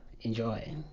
Enjoy